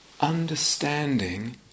understanding